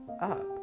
up